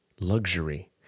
Luxury